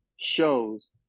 shows